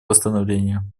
восстановлению